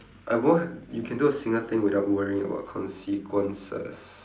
I wa~ you can do a single thing without worrying about consequences